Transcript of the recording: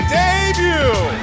debut